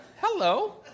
hello